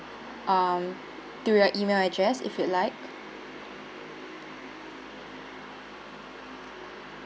um to your email address if you like